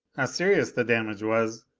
how serious the damage was,